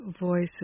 voices